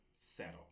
settle